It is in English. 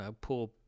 Poor